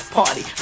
party